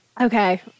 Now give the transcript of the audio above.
Okay